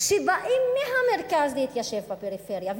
שבאים מהמרכז להתיישב בפריפריה,